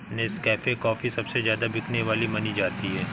Nescafe coffee सबसे ज्यादा बिकने वाली मानी जाती है